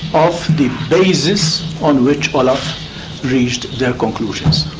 of the basis on which olaf reached their conclusions.